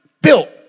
built